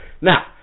Now